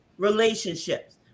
relationships